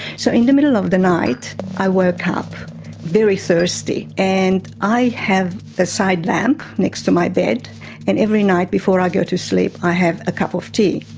so in the middle of the night i woke up very thirsty and i have a side lamp next to my bed and every night before i go to sleep i have a cup of tea.